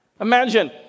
Imagine